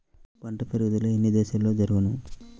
పంట పెరుగుదల ఎన్ని దశలలో జరుగును?